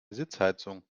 sitzheizung